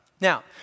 Now